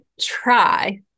try